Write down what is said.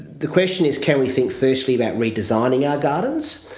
the question is can we think firstly about redesigning our gardens,